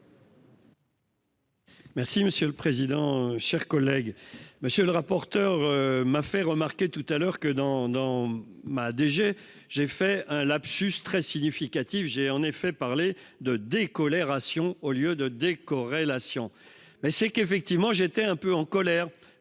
monsieur le président. Chers collègues, monsieur le rapporteur, m'a fait remarquer tout à l'heure que dans, dans ma DG. J'ai fait un lapsus très significatif. J'ai en effet parler de décoller ration au lieu de décorrélation mais c'est qu'effectivement j'étais un peu en colère